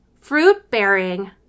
fruit-bearing